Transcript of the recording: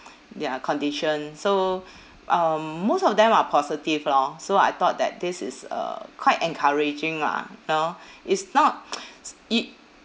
their condition so um most of them are positive lor so I thought that this is uh quite encouraging ah you know is not yo~